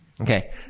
Okay